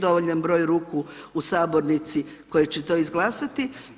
Dovoljan broj ruku u sabornici koji će to izglasati.